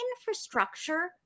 infrastructure